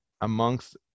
amongst